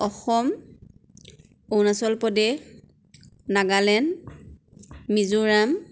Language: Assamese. অসম অৰুণাচল প্ৰদেশ নাগালেণ্ড মিজোৰাম